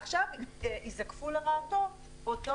עכשיו ייזקף לרעתו אותו